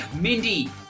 Mindy